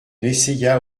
essaya